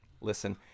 listen